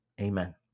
Amen